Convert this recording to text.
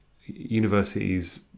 universities